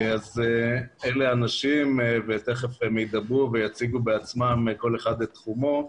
אלה האנשים ותיכף הם ידברו ויציגו בעצמם כל אחד את תחומו.